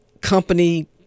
company